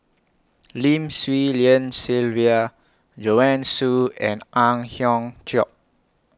Lim Swee Lian Sylvia Joanne Soo and Ang Hiong Chiok